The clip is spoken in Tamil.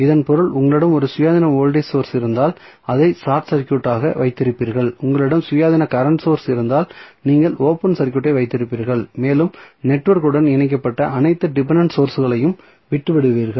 இதன் பொருள் உங்களிடம் ஒரு சுயாதீன வோல்டேஜ் சோர்ஸ் இருந்தால் அதை ஒரு ஷார்ட் சர்க்யூட்டாக வைத்திருப்பீர்கள் உங்களிடம் சுயாதீனமான கரண்ட் சோர்ஸ் இருந்தால் நீங்கள் ஓபன் சர்க்யூட்டை வைத்திருப்பீர்கள் மேலும் நெட்வொர்க்குடன் இணைக்கப்பட்ட அனைத்து டிபென்டென்ட் சோர்ஸ்களையும் விட்டுவிடுவீர்கள்